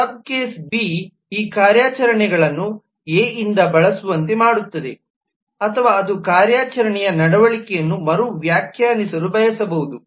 ಸಬ್ case B ಈ ಕಾರ್ಯಾಚರಣೆಗಳನ್ನು A ಯಿಂದ ಬಳಸುವಂತೆ ಮಾಡುತ್ತದೆ ಅಥವಾ ಅದು ಕಾರ್ಯಾಚರಣೆಯ ನಡವಳಿಕೆಯನ್ನು ಮರು ವ್ಯಾಖ್ಯಾನಿಸಲು ಬಯಸಬಹುದು